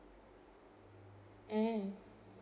mm